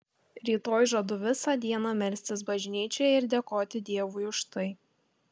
rytoj žadu visą dieną melstis bažnyčioje ir dėkoti dievui už tai